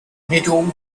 middle